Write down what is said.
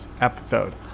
episode